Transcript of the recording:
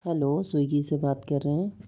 hello Swiggy से बात कर रहें हैं